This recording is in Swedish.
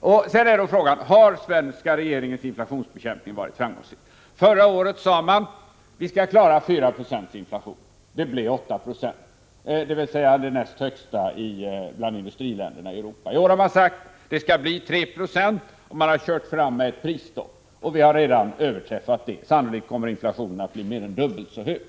Frågan är sedan: Har den svenska regeringens inflationsbekämpning varit framgångsrik? Förra året sade man: Vi skall klara 4 90 inflation. Det blev 890, dvs. den näst högsta i år bland industriländerna i Europa. I år har man sagt att det skall bli 3 96, och man har kört fram med ett prisstopp. Målet har redan överskridits. Sannolikt kommer inflationen att bli mer än dubbelt så hög.